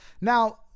now